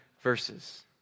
verses